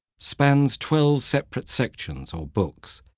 spans twelve separate sections, or books,